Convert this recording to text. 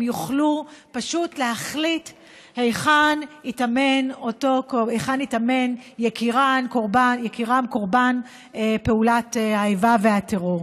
הם יוכלו פשוט להחליט היכן ייטמן יקירם קורבן פעולת האיבה והטרור.